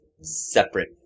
separate